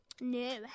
No